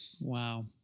Wow